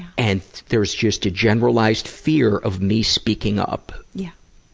and there's just a generalized fear of me speaking up. yeah.